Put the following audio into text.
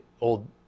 old